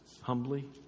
humbly